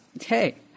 hey